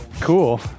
Cool